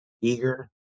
eager